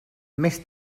més